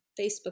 Facebook